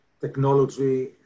technology